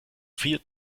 vier